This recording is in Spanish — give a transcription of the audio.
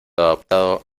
adoptado